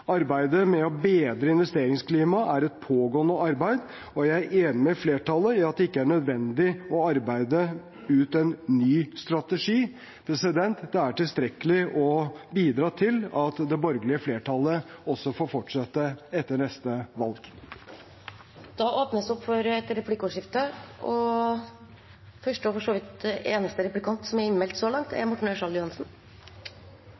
Arbeidet med å bedre investeringsklimaet er et pågående arbeid, og jeg er enig med flertallet i at det ikke er nødvendig å arbeide ut en ny strategi. Det er tilstrekkelig å bidra til at det borgerlige flertallet også får fortsette etter neste valg. Det blir replikkordskifte. Fremskrittspartiet har fremmet noen gode konkrete forslag i denne saken. Det er